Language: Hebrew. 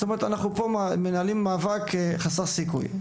זאת אומרת, אנחנו מנהלים פה מאבק חסר סיכוי.